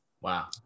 Wow